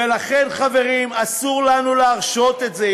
ולכן חברים, אסור לנו להרשות את זה.